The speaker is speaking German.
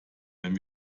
wenn